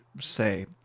say